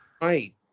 right